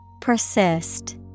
Persist